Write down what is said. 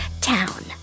town